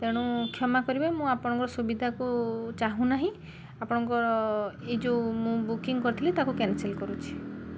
ତେଣୁ କ୍ଷମା କରିବେ ମୁଁ ଆପଣଙ୍କ ସୁବିଧାକୁ ମୁଁ ଚାହୁଁନାହିଁ ଆପଣଙ୍କ ସୁବିଧାକୁ ଚାହୁଁନାହିଁ ଆପଣଙ୍କର ଏଇ ଯେଉଁ ମୁଁ ବୁକିଂ କରିଥିଲି ତାକୁ କ୍ୟାନସଲ୍ କରୁଛି